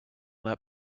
that